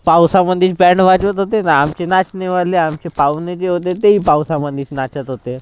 पावसामधेच band वाजवत होते न आमचे नाचनेवाले आमचे पाहुणे जे होते तेही पावसामधेच नाचत होते